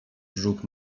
brzuch